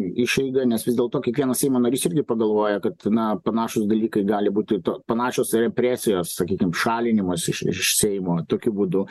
išeiga nes vis dėlto kiekvienas seimo narys irgi pagalvoja kad na panašūs dalykai gali būti ir to panašios represijos sakykim šalinimas iš ir iš seimo tokiu būdu